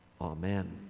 Amen